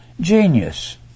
genius